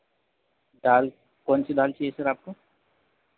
दाल कौन सी दाल चाहिए सर आपको